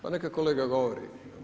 Ma neka kolega govori.